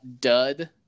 dud